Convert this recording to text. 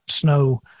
snow